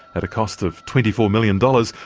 at a cost of twenty four million dollars,